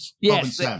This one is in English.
Yes